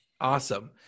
Awesome